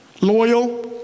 loyal